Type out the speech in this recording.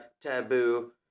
taboo